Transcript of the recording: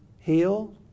heal